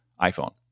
iPhone